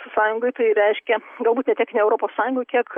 sąjungai tai reiškia galbūt ne tiek ne europos sąjungoj kiek